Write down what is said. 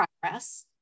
progress